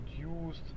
produced